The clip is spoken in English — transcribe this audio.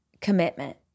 commitment